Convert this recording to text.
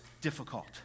Difficult